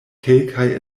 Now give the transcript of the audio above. kelkaj